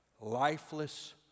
lifeless